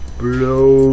blow